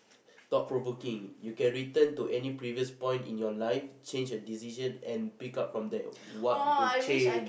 thought-provoking you can return to any previous point in your life change a decision and pick up from there what would change